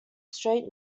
straight